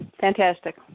Fantastic